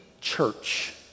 church